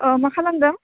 अह मा खालामदों